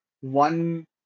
one